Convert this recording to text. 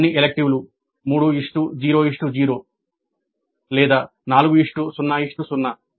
అన్ని ఎలెక్టివ్ 3 0 0 లేదా 4 0 0